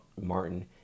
Martin